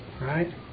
Right